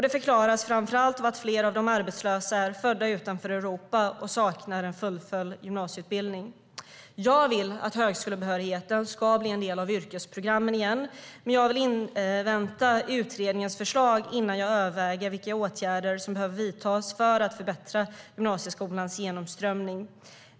Det förklaras framför allt av att fler av de arbetslösa är födda utanför Europa och saknar en fullföljd gymnasieutbildning. Jag vill att högskolebehörigheten ska bli en del av yrkesprogrammen igen, men jag vill invänta utredningens förslag innan jag överväger vilka åtgärder som behöver vidtas för att förbättra gymnasieskolans genomströmning.